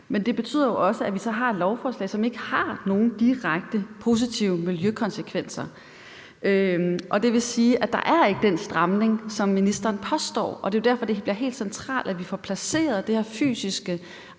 Men det betyder jo også, at vi så har et lovforslag, som ikke har nogen direkte positive miljøkonsekvenser. Det vil sige, at der ikke er den stramning, som ministeren påstår at der er, og det er jo derfor, det bliver helt centralt, at vi får placeret det her fysiske